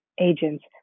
agents